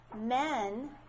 Men